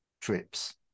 trips